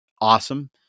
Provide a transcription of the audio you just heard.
awesome